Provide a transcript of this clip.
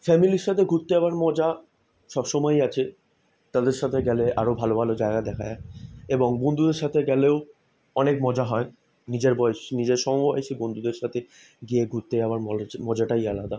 ফ্যামিলির সাথে ঘুরতে যাওয়ার মজা সব সময়ই আছে তাদের সাথে গেলে আরো ভালো ভালো জায়গা দেখা যায় এবং বন্ধুদের সাথে গেলেও অনেক মজা হয় নিজের বয়সী নিজের সমবয়সী বন্ধুদের সাথে গিয়ে ঘুরতে যাওয়ার মজাটাই আলাদা